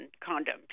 condom